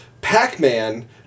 Pac-Man